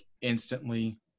instantly